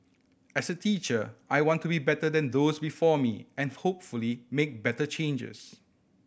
as a teacher I want to be better than those before me and hopefully make better changes